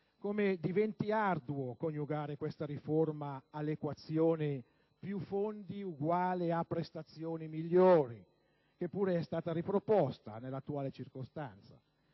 come diventi arduo coniugare questa riforma all'equazione più fondi uguale prestazioni migliori, che pure è stata riproposta nell'attuale circostanza.